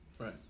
right